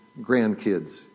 grandkids